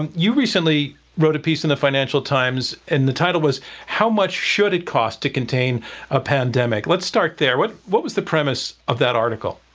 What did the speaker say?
and you recently wrote a piece in the financial times and the title was how much should it cost to contain a pandemic? let's start there. what what was the premise of that article?